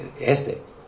Este